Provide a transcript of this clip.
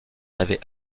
avait